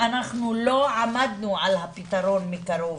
אנחנו לא עמדנו על הפתרון מקרוב